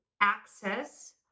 access